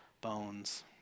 bones